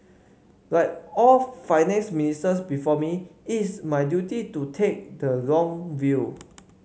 like all Finance Ministers before me it is my duty to take the long view